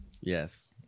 yes